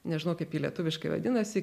nežinau kaip ji lietuviškai vadinasi